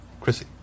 Chrissy